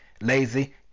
lazy